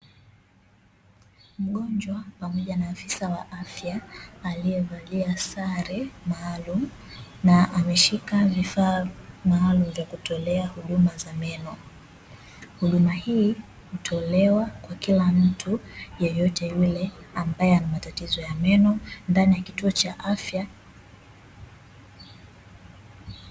Mgonjwa pamoja na afisa wa afya alievalia sare maalum, na ameshika vifaa maalum vya kutolea meno. Huduma hii hutolewa kwa kila mtu, yeyote yule ambae ana matatizo ya meno ndani ya kituo cha afya.